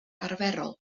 arferol